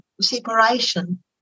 separation